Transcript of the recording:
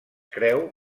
creu